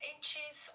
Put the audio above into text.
inches